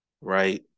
right